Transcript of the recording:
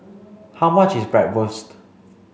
how much is Bratwurst